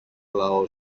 λαό